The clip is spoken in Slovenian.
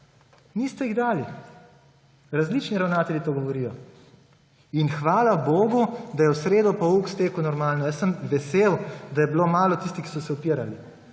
Niste jih dali. Različni ravnatelji to govorijo. Hvala bogu, da je v sredo pouk stekel normalno. Jaz sem vesel, da je bilo malo tistih, ki so se upirali.